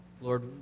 Lord